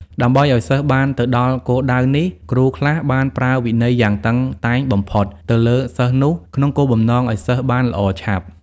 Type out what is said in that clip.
ដើម្បីឲ្យសិស្សបានទៅដល់គោលដៅនេះ គ្រូខ្លះបានប្រើវិន័យយ៉ាងតឹងតែងបំផុត ទៅលើសិស្សនោះ ក្នុងគោលបំណងឲ្យសិស្សបានល្អឆាប់ ។